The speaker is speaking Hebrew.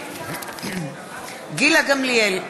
גילה גמליאל,